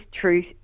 truth